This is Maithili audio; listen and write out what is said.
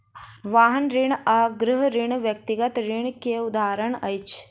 वाहन ऋण आ गृह ऋण व्यक्तिगत ऋण के उदाहरण अछि